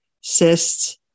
cysts